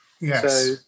Yes